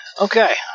Okay